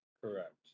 correct